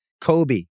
Kobe